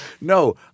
no